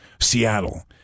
Seattle